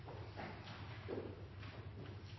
nei,